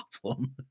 problem